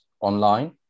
online